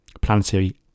Planetary